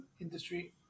industry